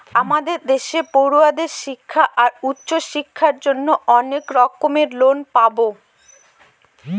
আমাদের দেশে পড়ুয়াদের শিক্ষা আর উচ্চশিক্ষার জন্য অনেক রকম লোন পাবো